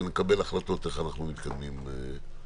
ונקבל החלטות איך אנחנו מתקדמים הלאה.